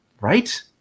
Right